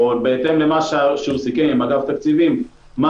או בהתאם למה שהוא סיכם עם אגף תקציבים מה